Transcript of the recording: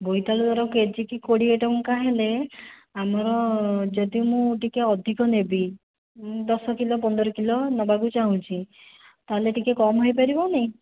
ବୋଇତାଳୁ ଦର କେଜିକୁ କୋଡ଼ିଏ ଟଙ୍କା ହେଲେ ଆମର ଯଦି ମୁଁ ଟିକିଏ ଅଧିକ ନେବି ଦଶ କିଲୋ ପନ୍ଦର କିଲୋ ନେବାକୁ ଚାହୁଁଛି ତା'ହେଲେ ଟିକିଏ କମ୍ ହୋଇପାରିବନି